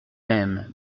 même